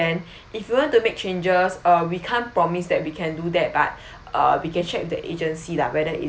then if you want to make changes uh we can't promise that we can do that but uh we can check the agency lah whether is